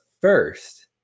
first